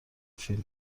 فیلم